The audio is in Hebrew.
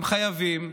הם חייבים,